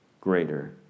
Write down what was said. greater